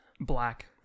Black